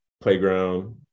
playground